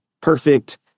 perfect